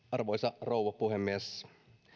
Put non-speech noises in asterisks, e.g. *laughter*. *unintelligible* arvoisa rouva puhemies